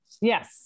Yes